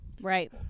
Right